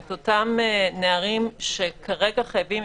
את אותם נערים שכרגע חייבים,